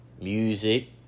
music